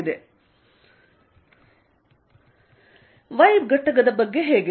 Fxqλx4π0tan 1tan 1xsec2θdθx3sec3qλ4π0xtan 1tan 1cosθdθqλ2π0xLL24x2 y ಘಟಕದ ಬಗ್ಗೆ ಹೇಗೆ